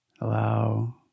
allow